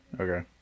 Okay